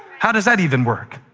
how does that even work?